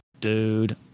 Dude